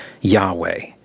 Yahweh